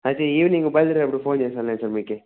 అయితే ఈవినింగ్ బయల్దేరేదప్పుడు ఫోన్ చేస్తాను లేండి సార్ మీకు